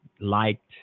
liked